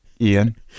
Ian